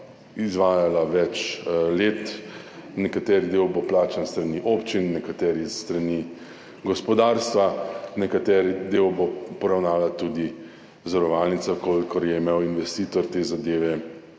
izvajala več let, en del bo plačan s strani občin, eden s strani gospodarstva, en del bo poravnala tudi zavarovalnica, v kolikor je imel investitor te zadeve